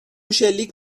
شلیک